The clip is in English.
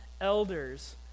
elders